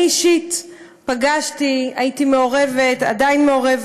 הצדקה, לא מדינית, לא חברתית,